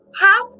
half